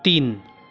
तीन